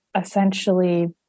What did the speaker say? essentially